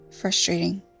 frustrating